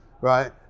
Right